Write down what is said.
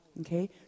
Okay